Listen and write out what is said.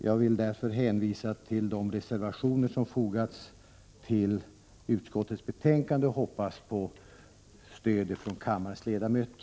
Jag vill därför hänvisa till de reservationer som fogats till utskottets betänkande och hoppas på stöd ifrån kammarens ledamöter.